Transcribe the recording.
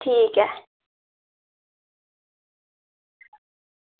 ठीक ऐ